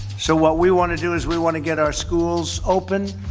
so what we want to to is we want to get our schools open.